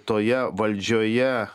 toje valdžioje